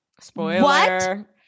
Spoiler